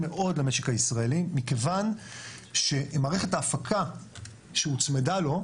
מאוד למשק הישראלי מכיוון שמערכת ההפקה שהוצמדה לו,